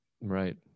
Right